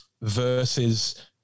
versus